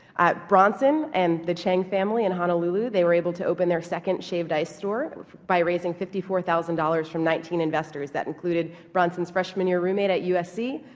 bronson and the chang family in honolulu, they were able to open their second shaved ice store by raising fifty four thousand dollars from nineteen investors that included bronson's freshman year roommate at usc,